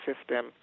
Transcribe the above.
system